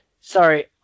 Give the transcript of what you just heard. sorry